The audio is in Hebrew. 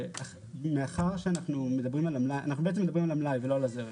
אנחנו בעצם מדברים על המלאי ולא על הזרם.